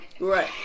Right